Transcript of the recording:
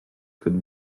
could